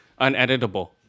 Uneditable